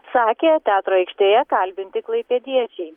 sakė teatro aikštėje kalbinti klaipėdiečiai